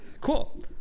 Cool